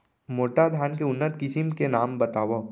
मोटा धान के उन्नत किसिम के नाम बतावव?